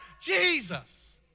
Jesus